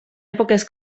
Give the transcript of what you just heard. èpoques